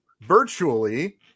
virtually